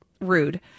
rude